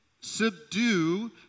subdue